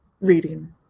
reading